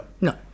no